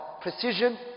Precision